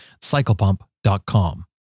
Cyclepump.com